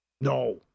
No